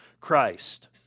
Christ